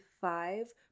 five